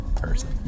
person